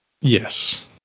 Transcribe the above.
Yes